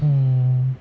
mm